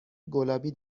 گلابی